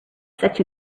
such